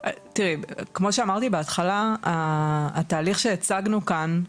כמו שאמרתי בהתחלה, התהליך שהצגנו כאן,